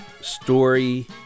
story